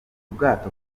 bwato